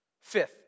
Fifth